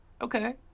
Okay